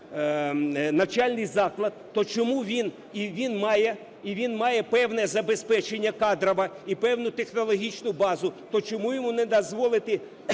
навчальний заклад, то чому він... і він має, і він має певне забезпечення кадрове, і певну технологічну базу, то чому йому не дозволити